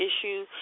issue